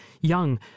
young